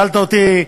שאלת אותי,